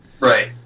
Right